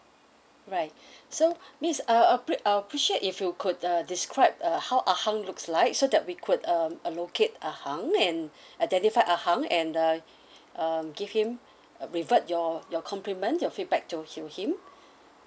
right so miss uh appre~ I'll appreciate if you could uh describe uh how ah hang looks like so that we could um locate ah hang and identify ah hang and uh um give him uh revert your your compliment your feedback to to him